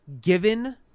given